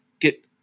get